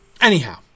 anyhow